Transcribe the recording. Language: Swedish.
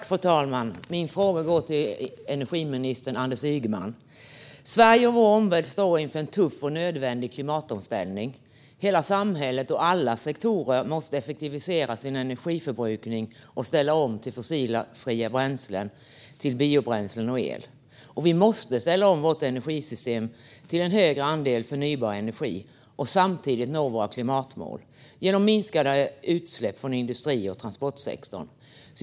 Fru talman! Min fråga går till energiminister Anders Ygeman. Vi i Sverige och vår omvärld står inför en tuff och nödvändig klimatomställning. Hela samhället och alla sektorer måste effektivisera sin energiförbrukning och ställa om till fossilfria bränslen, biobränslen och el. Vi måste ställa om vårt energisystem till en större andel förnybar energi och samtidigt nå våra klimatmål genom minskade utsläpp från industrier och från transportsektorn.